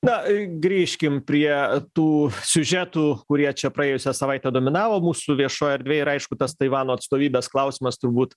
na grįžkim prie tų siužetų kurie čia praėjusią savaitę dominavo mūsų viešoj erdvėj ir aišku tas taivano atstovybės klausimas turbūt